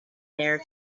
there